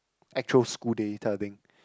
actual school day type of thing